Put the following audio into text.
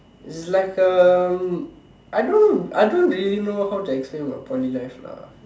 it's like um I don't know I don't really know how to explain my Poly life lah